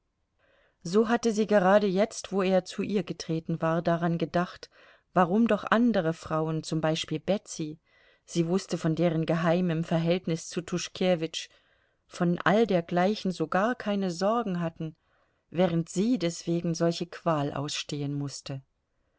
so hatte sie gerade jetzt wo er zu ihr getreten war daran gedacht warum doch andere frauen zum beispiel betsy sie wußte von deren geheimem verhältnis zu tuschkewitsch von all dergleichen so gar keine sorgen hatten während sie deswegen solche qual ausstehen mußte